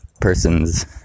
persons